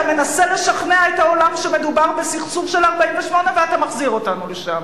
אתה מנסה לשכנע את העולם שמדובר בסכסוך של 1948 ואתה מחזיר אותנו לשם.